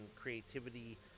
creativity